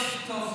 אויש, טוב.